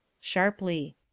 Sharply